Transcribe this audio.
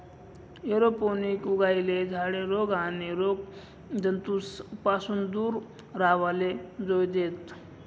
aeroponic उगायेल झाडे रोग आणि रोगजंतूस पासून दूर राव्हाले जोयजेत